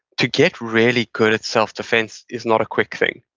to get really good at self-defense is not a quick thing